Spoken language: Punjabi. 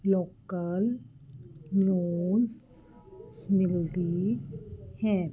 ਲੋਕਲ ਨਿਊਜ਼ ਮਿਲਦੀ ਹੈ